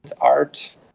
art